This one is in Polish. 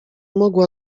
mogła